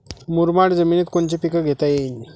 मुरमाड जमिनीत कोनचे पीकं घेता येईन?